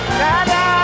da-da